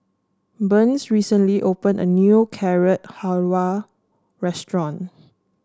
Burns recently opened a new Carrot Halwa Restaurant